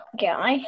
Guy